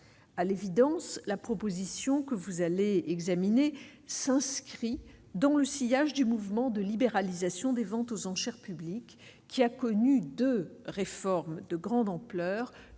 à l'évidence, la proposition que vous allez examiner s'inscrit dans le sillage du mouvement de libéralisation des ventes aux enchères publiques, qui a connu 2 réforme de grande ampleur,